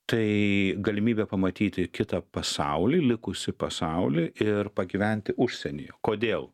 tai galimybė pamatyti kitą pasaulį likusį pasaulį ir pagyventi užsienyje kodėl